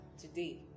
today